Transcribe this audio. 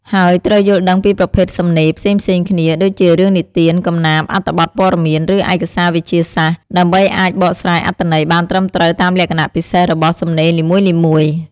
ហើយត្រូវយល់ដឹងពីប្រភេទសំណេរផ្សេងៗគ្នា ដូចជារឿងនិទាន កំណាព្យ អត្ថបទព័ត៌មាន ឬឯកសារវិទ្យាសាស្ត្រ ដើម្បីអាចបកស្រាយអត្ថន័យបានត្រឹមត្រូវតាមលក្ខណៈពិសេសរបស់សំណេរនីមួយៗ។